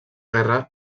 guerra